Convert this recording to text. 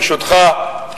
ברשותך,